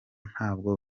ntabwo